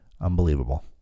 unbelievable